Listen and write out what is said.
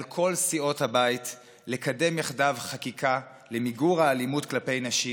על כל סיעות הבית לקדם יחדיו חקיקה למיגור האלימות כלפי נשים